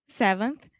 seventh